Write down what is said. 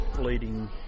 leading